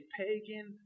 pagan